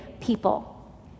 people